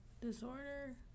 disorder